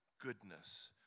goodness